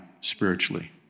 spiritually